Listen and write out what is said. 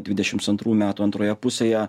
dvidešimts antrų metų antroje pusėje